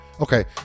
Okay